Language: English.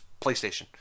PlayStation